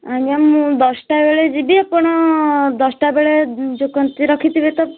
ଆଜ୍ଞା ମୁଁ ଦଶଟା ବେଳେ ଯିବି ଆପଣ ଦଶଟା ବେଳେ ଯେଉଁ କ'ଣ ରଖିଥିବେ ତ